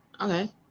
Okay